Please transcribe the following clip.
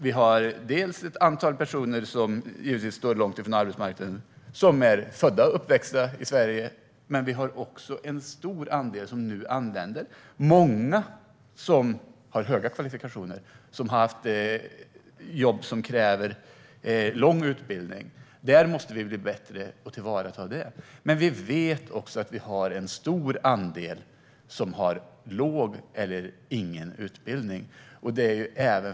Vi har givetvis ett antal personer som står långt från arbetsmarknaden och som är födda och uppvuxna här i Sverige, men vi har också en stor andel som nu anländer. Många av dem har höga kvalifikationer och har haft jobb som kräver lång utbildning. Vi måste bli bättre på att ta detta till vara. Men vi vet också att det finns en stor andel med låg eller ingen utbildning.